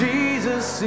Jesus